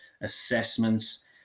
assessments